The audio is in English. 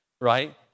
right